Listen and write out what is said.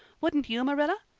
wouldn't you, marilla?